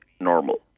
normal